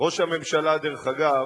ראש הממשלה, דרך אגב,